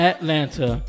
Atlanta